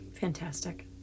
Fantastic